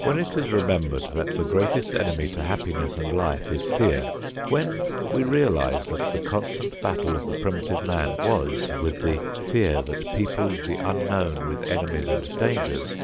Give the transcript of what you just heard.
when it is remembered that the greatest enemy to happiness and life is fear when we realize that the constant battle of the primitive man was with the fear that peoples the unknown with enemies and dangers